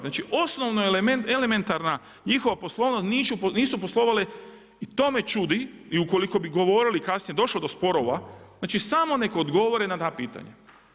Znači, osnovno elementarna njihova poslovnost nisu poslovali, i to me čudi, i ukoliko bi govorili kad se došlo do sporova, znači samo nek odgovore na ta pitanja.